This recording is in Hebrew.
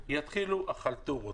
ואז יתחילו החלטורות.